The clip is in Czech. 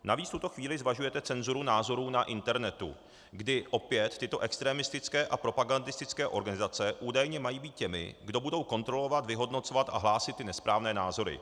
Navíc v tuto chvíli zvažujete cenzuru názorů na internetu, kdy opět tyto extremistické a propagandistické organizace údajně mají být těmi, kdo budou kontrolovat, vyhodnocovat a hlásit ty nesprávné názory.